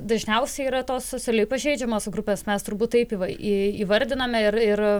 dažniausiai yra tos socialiai pažeidžiamos grupės mes turbūt taip įva į įvardinam ir ir